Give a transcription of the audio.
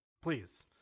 please